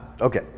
Okay